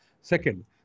Second